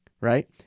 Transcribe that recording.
right